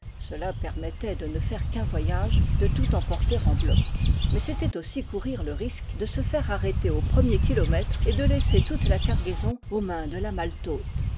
cela permettait de ne faire qu'un voyage de tout emporter en bloc mais c'était aussi courir le risque de se faire arrêter au premier kilomètre et de laisser toute la car gaison aux mains de la maltôte